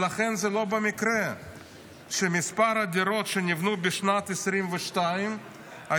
לכן, לא במקרה מספר הדירות שנבנו בשנת 2022 היה